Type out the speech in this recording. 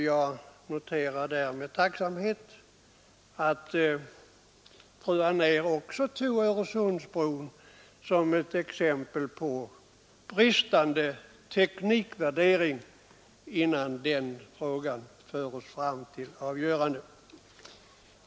Jag noterar med tacksamhet att fru Anér också tog Öresundsbron som exempel på bristande teknikvärdering, innan den frågan fördes fram till avgörande.